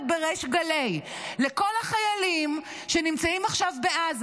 בריש גלי לכל החיילים שנמצאים עכשיו בעזה,